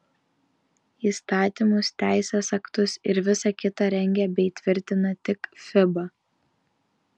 įstatymus teisės aktus ir visa kita rengia bei tvirtina tik fiba